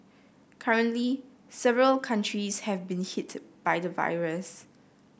currently several countries have been hit by the virus